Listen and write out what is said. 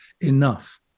enough